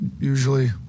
usually